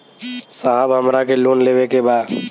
साहब हमरा के लोन लेवे के बा